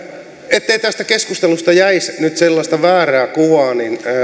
ettei tästä keskustelusta jäisi nyt sellaista väärää kuvaa